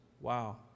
Wow